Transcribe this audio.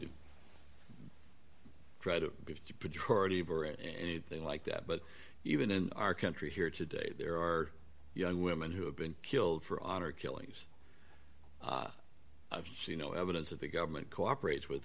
to try to be patrolled like that but even in our country here today there are young women who have been killed for honor killings i've seen no evidence that the government cooperates with